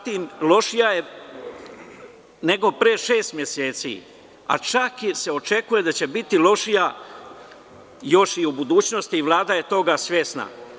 Lošija je nego pre šest meseci, a čak se očekuje da će biti lošija još i u budućnosti i Vlada je toga svesna.